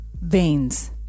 Veins